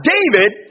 David